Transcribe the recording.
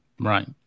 Right